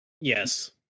Yes